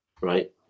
Right